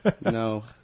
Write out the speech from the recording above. No